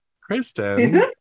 Kristen